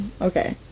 Okay